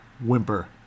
whimper